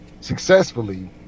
successfully